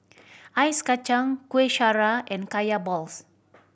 ice kacang Kueh Syara and Kaya balls